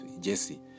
jesse